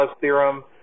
theorem